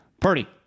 Purdy